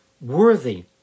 worthy